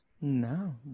No